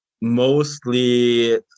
mostly